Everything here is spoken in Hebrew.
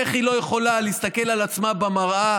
איך היא לא יכולה להסתכל על עצמה במראה.